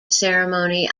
ceremony